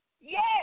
Yes